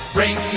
Bring